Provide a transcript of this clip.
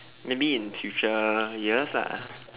maybe in future years lah